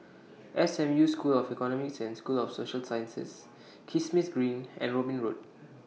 S M U School of Economics and School of Social Sciences Kismis Green and Robin Road